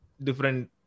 different